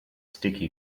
sticky